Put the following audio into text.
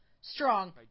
strong